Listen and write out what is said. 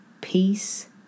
Peace